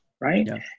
right